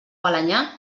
balenyà